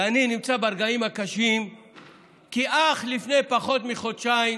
ואני נמצא ברגעים קשים כי אך לפני פחות מחודשיים